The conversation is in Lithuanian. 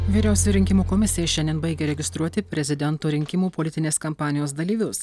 vyriausioji rinkimų komisija šiandien baigia registruoti prezidento rinkimų politinės kampanijos dalyvius